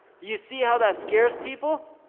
you see how that scares people,